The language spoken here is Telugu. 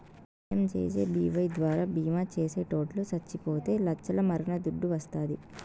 పి.యం.జే.జే.బీ.వై ద్వారా బీమా చేసిటోట్లు సచ్చిపోతే లచ్చల మరణ దుడ్డు వస్తాది